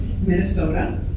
Minnesota